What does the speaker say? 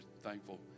thankful